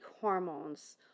hormones